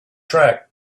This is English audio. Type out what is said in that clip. track